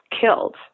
killed